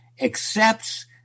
accepts